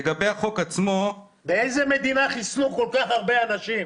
לגבי החוק עצמו --- באיזו מדינה חיסנו כל כך הרבה אנשים?